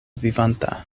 vivanta